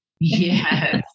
Yes